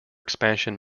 expansion